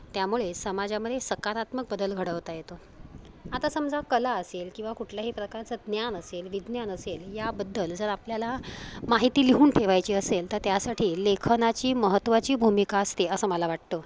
त्यामुळे समाजामध्ये सकारात्मक बदल घडवता येतो आता समजा कला असेल किंवा कुठल्याही प्रकारचं ज्ञान असेल विज्ञान असेल याबद्दल जर आपल्याला माहिती लिहून ठेवायची असेल तर त्यासाठी लेखनाची महत्त्वाची भूमिका असते असं मला वाटतं